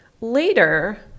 later